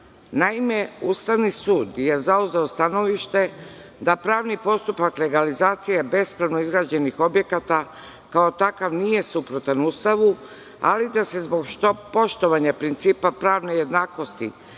Naime, Ustavni sud je zauzeo stanovište da pravni postupak legalizacije bespravno izgrađenih objekata, kao takav nije suprotan Ustavu, ali da se zbog poštovanja principa pravne jednakosti